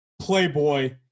Playboy